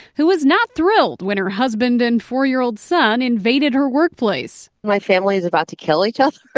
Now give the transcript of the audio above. who was not thrilled when her husband and four year old son invaded her workplace my family's about to kill each other,